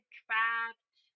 trapped